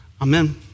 Amen